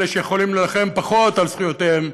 אלה שיכולים להילחם פחות על זכויותיהם,